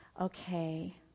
Okay